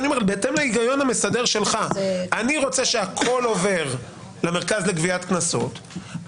בהתאם להיגיון המסדר שלך שהכול עובר למרכז לגביית קנסות,